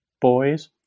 boys